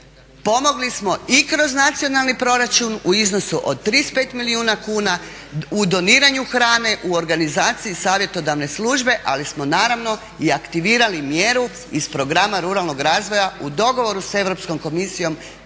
Pomogli smo i kroz nacionalni proračun u iznosu od 35 milijuna kuna u doniranju hrane u organizaciji savjetodavne službe, ali smo naravno i aktivirali mjeru iz programa ruralnog razvoja u dogovoru sa Europskom komisijom